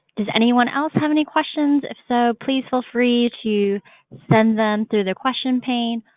does anyone else have any questions? if so, please feel free to send them through the question pane,